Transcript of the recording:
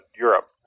Europe